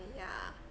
yeah